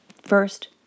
First